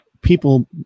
people